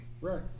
Right